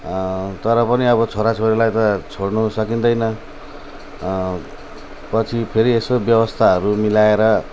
तर पनि अब छोराछोरीलाई त छोड्नु सकिँदैन पछि फेरि यसो व्यवस्थाहरू मिलाएर